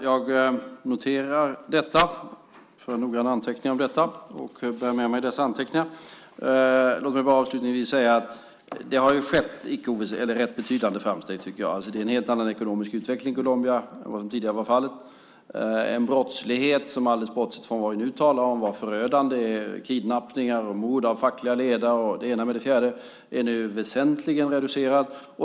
Fru talman! Jag för noggranna anteckningar om detta och bär med mig dessa anteckningar. Låt mig avslutningsvis säga att det har gjorts rätt betydande framsteg. Det är en helt annan ekonomisk utveckling i Colombia än tidigare. Alldeles bortsett från vad vi nu talar om hade man en brottslighet som var förödande. Det var kidnappningar och mord på fackliga ledare. Den brottsligheten är nu väsentligt reducerad.